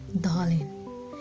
darling